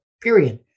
Period